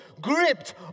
gripped